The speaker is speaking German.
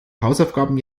hausaufgaben